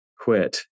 quit